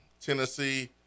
Tennessee